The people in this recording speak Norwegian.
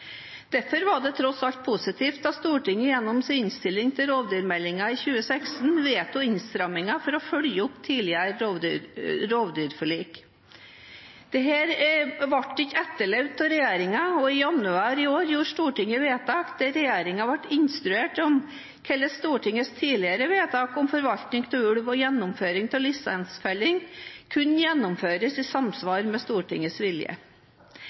Derfor var det tross alt positivt da Stortinget gjennom sin innstilling til rovdyrmeldingen i 2016 vedtok innstrammingen for å følge opp tidligere rovdyrforlik. Dette ble ikke etterlevd av regjeringen, og i januar i år gjorde Stortinget vedtak der regjeringen ble instruert om hvordan Stortingets tidligere vedtak om forvaltning av ulv og gjennomføring av lisensfelling kunne gjennomføres i samsvar med Stortingets vilje.